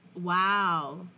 Wow